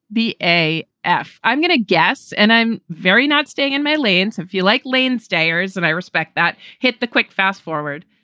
a f? i'm going to guess and i'm very not staying in my lanes, if you like. lane stairs and i respect that. hit the quick fast forward.